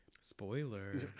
Spoiler